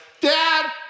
dad